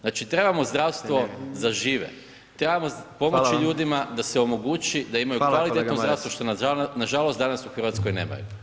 Znači trebamo zdravstvo za žive, trebamo pomoći ljudima da se omogući da imaju kvalitetno zdravstvo što na žalost danas u Hrvatskoj nemaju.